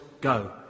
go